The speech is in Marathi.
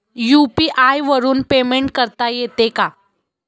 यु.पी.आय वरून पेमेंट करता येते का?